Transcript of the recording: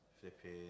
flipping